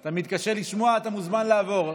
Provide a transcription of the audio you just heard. אתה מתקשה לשמוע, אתה מוזמן לעבור.